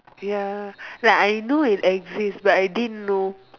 ya like I know it exists but I didn't know